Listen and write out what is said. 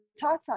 Tata